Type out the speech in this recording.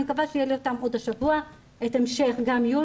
אני מקווה שיהיו לי אותם עוד השבוע,